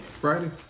Friday